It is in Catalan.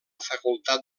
facultat